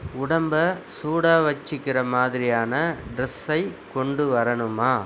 உடம்பை சூடாக வெச்சுக்குற மாதிரியான ட்ரெஸ்ஸை கொண்டு வரணுமா